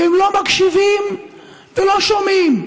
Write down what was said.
והם לא מקשיבים ולא שומעים,